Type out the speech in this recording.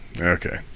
Okay